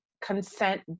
consent